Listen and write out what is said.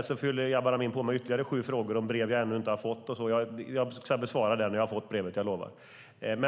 Sedan fyller Jabar Amin på med ytterligare sju frågor om brev jag inte har fått och så vidare. Jag ska besvara dem när jag har fått brevet. Det lovar jag.